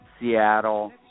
Seattle